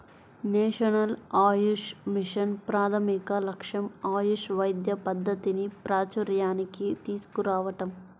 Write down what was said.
national Ayush mission ప్రాథమిక లక్ష్యం ఆయుష్ వైద్య పద్ధతిని ప్రాచూర్యానికి తీసుకురావటం